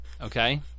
okay